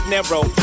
narrow